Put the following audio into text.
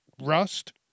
Rust